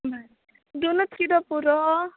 बरें दोनूच किलो पुरो